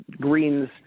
greens